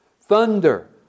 thunder